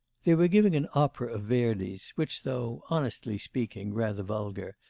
they were giving an opera of verdi's, which though, honestly speaking, rather vulgar,